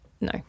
No